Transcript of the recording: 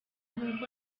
nkuko